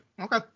Okay